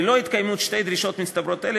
ללא התקיימות שתי דרישות מצטברות אלה,